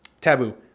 taboo